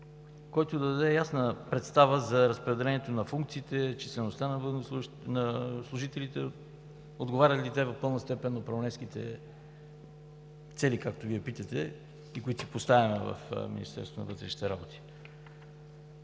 който да даде ясна представа за разпределението на функциите, числеността на служителите – отговарят ли те в пълна степен на управленските цели, както Вие питате, и които си поставяме в Министерството на вътрешните работи.